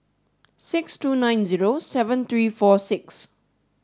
six two nine zero seven three four six